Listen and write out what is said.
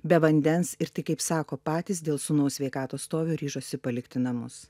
be vandens ir tik kaip sako patys dėl sūnaus sveikatos stovio ryžosi palikti namus